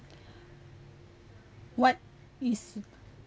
what is